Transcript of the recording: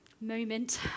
moment